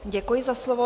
Děkuji za slovo.